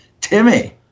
Timmy